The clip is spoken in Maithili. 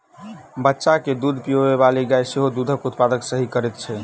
बच्चा के दूध पिआबैबाली गाय सेहो दूधक उत्पादन सही करैत छै